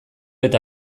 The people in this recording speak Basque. eta